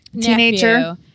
teenager